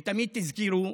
תמיד תזכרו: